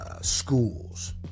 schools